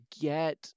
get